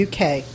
UK